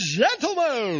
gentlemen